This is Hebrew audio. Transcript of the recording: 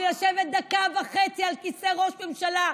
בשביל לשבת דקה וחצי על כיסא ראש ממשלה,